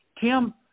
Tim